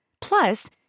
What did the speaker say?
Plus